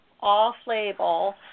off-label